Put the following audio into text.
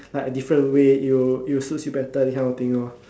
like a different way it will it will suit you better that kind of thing lor